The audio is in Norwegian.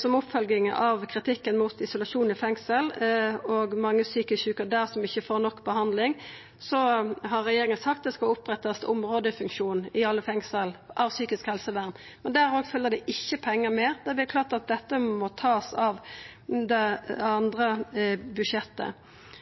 Som oppfølging av kritikken mot isolasjon i fengsel og mange psykisk sjuke der som ikkje får nok behandling, har regjeringa sagt at det skal opprettast områdefunksjon innan psykisk helsevern i alle fengsel. Men der følgjer det ikkje pengar med. Dette må takast av andre budsjett, og det vil igjen gjera at